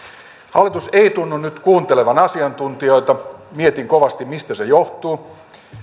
hallitus ei tunnu nyt kuuntelevan asiantuntijoita mietin kovasti mistä se johtuu